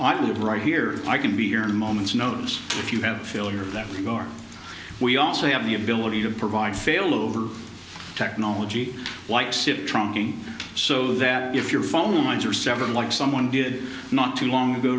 believe right here i can be here in a moment's notice if you have failure that we also have the ability to provide fail over technology white suit trunking so that if your phone lines are seven like someone did not too long ago